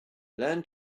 learn